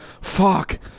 Fuck